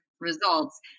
results